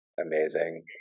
amazing